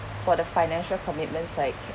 for the financial commitments like